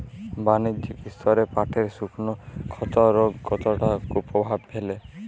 বাণিজ্যিক স্তরে পাটের শুকনো ক্ষতরোগ কতটা কুপ্রভাব ফেলে?